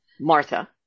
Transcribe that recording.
Martha